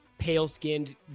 pale-skinned